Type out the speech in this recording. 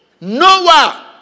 Noah